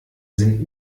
sind